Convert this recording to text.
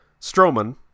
Strowman